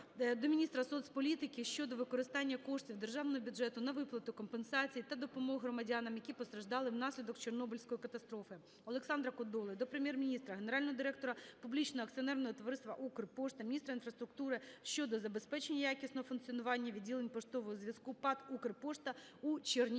до міністра соцполітики щодо використання коштів державного бюджету на виплату компенсацій та допомог громадянам, які постраждали внаслідок Чорнобильської катастрофи. Олександра Кодоли до Прем'єр-міністра, генерального директора Публічного акціонерного товариства "Укрпошта", міністра інфраструктури щодо забезпечення якісного функціонування відділень поштового зв'язку ПАТ "Укрпошта" у Чернігівській